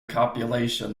copulation